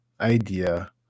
idea